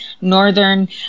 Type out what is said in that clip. Northern